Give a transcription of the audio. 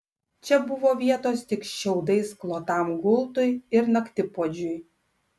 čia buvo vietos tik šiaudais klotam gultui ir naktipuodžiui